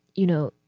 you know.